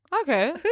Okay